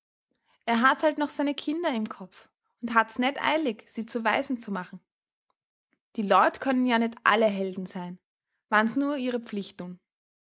er hat halt noch seine kinder im kopf und hat's net eilig sie zu waisen zu machen die leut können ja net alle helden sein wann's nur ihre pflicht